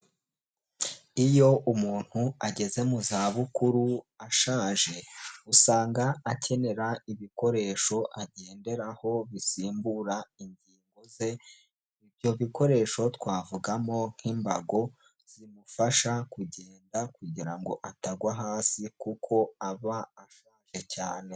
Iyo umuntu ageze mu za bukuru ashaje, usanga akenera ibikoresho agenderaho bisimbura ingingo ze, ibyo bikoresho twavugamo nk'imbago, zimufasha kugenda kugira ngo atagwa hasi, kuko aba ashaje cyane.